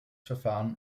verfahren